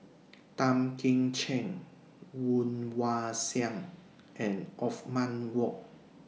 Tan Kim Ching Woon Wah Siang and Othman Wok